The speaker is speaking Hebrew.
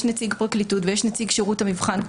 יש נציג פרקליטות ויש נציג שירות המבחן.